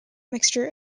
mixture